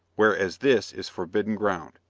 whereas this is forbidden ground.